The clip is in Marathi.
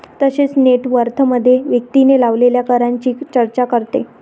तसेच नेट वर्थमध्ये व्यक्तीने लावलेल्या करांची चर्चा करते